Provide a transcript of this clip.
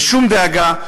ושום דאגה,